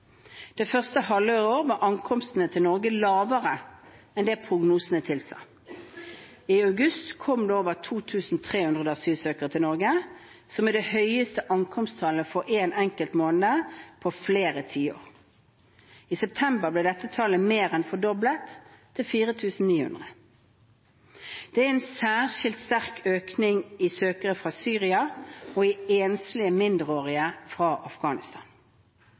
Det første halvåret i år var ankomstene til Norge lavere enn det prognosene tilsa. I august kom det over 2 300 asylsøkere til Norge, som er det høyeste ankomsttallet for en enkelt måned på flere tiår. I september ble dette tallet mer enn fordoblet, til 4 900. Det er en særskilt sterk økning av søkere fra Syria og enslige mindreårige fra Afghanistan.